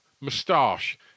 moustache